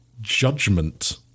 Judgment